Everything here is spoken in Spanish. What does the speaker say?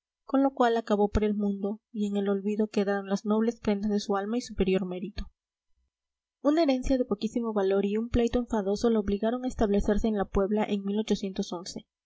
con lo cual acabó para el mundo y en el olvido quedaron las nobles prendas de su alma y superior mérito una herencia de poquísimo valor y un pleito enfadoso la obligaron a establecerse en la puebla en vivía